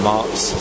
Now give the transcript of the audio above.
Mark's